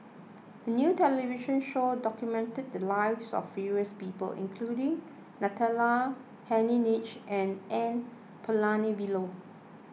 a new television show documented the lives of various people including Natalie Hennedige and N Palanivelu